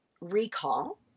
recall